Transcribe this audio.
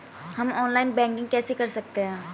हम online banking कैसे कर सकते हैं?